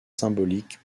symbolique